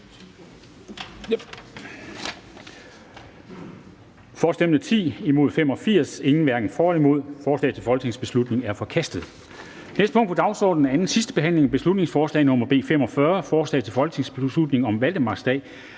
stemte 51 (S, V og LA), hverken for eller imod stemte 0. Forslaget til folketingsbeslutning er forkastet. --- Det næste punkt på dagsordenen er: 11) 2. (sidste) behandling af beslutningsforslag nr. B 75: Forslag til folketingsbeslutning om at øge